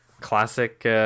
Classic